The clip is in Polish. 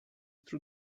trud